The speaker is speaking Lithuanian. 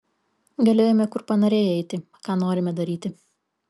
galėjome kur panorėję eiti ką norime daryti